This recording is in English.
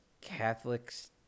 Catholics